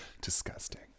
Disgusting